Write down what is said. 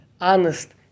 honest